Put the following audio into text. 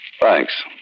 Thanks